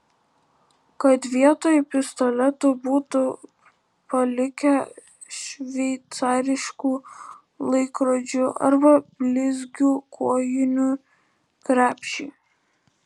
kad vietoj pistoletų būtų palikę šveicariškų laikrodžių arba blizgių kojinių krepšį